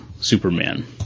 superman